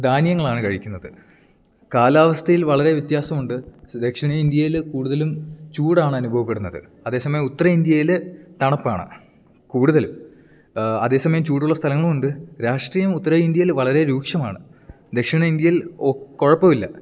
ധാന്യങ്ങളാണ് കഴിക്കുന്നത് കാലാവസ്ഥയിൽ വളരെ വ്യത്യാസമുണ്ട് ദക്ഷിണേന്ത്യയിൽ കൂടുതലും ചൂടാണനുഭവപ്പെടുന്നത് അതേ സമയം ഉത്തരേന്ത്യയിൽ തണുപ്പാണ് കൂടുതലും അതേ സമയം ചൂടുള്ള സ്ഥലങ്ങളുമുണ്ട് രാഷ്ട്രീയം ഉത്തരേന്ത്യയിൽ വളരെ രൂക്ഷമാണ് ദക്ഷിണ ഇന്ത്യയിൽ ഓ കുഴപ്പമില്ല